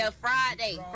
Friday